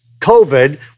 COVID